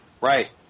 Right